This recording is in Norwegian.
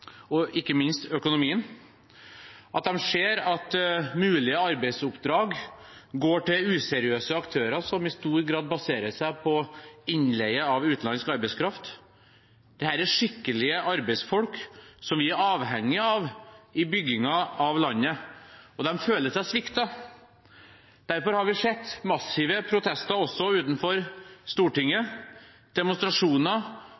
og ikke minst økonomien. De ser at mulige arbeidsoppdrag går til useriøse aktører som i stor grad baserer seg på innleie av utenlandsk arbeidskraft. Dette er skikkelige arbeidsfolk som vi er avhengige av i byggingen av landet, og de føler seg sviktet. Derfor har vi sett massive protester også utenfor